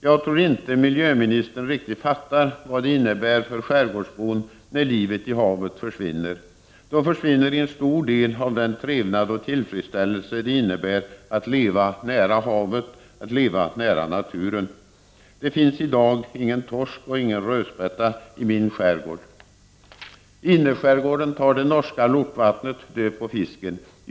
Jag tror inte att miljöministern riktigt fattar vad det innebär för skärgårdsbor när livet i havet försvinner. Då försvinner en stor del av den trevnad och tillfredsställelse som det innebär att leva nära havet och nära naturen. Det finns i dag ingen torsk och ingen rödspätta i min skärgård. I innerskärgården tar det norska lortvattnet död på fisken.